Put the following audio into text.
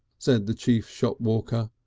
said the chief shopwalker,